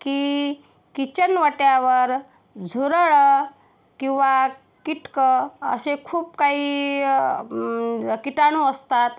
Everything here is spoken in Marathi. की किचन ओट्यावर झुरळं किंवा किटकं असे खूप काही किटाणू असतात